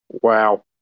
Wow